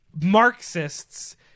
Marxists